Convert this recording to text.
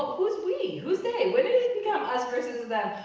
who's we? who's they? when did it become us versus them?